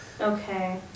Okay